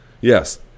Yes